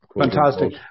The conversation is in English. Fantastic